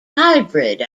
hybrid